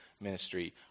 ministry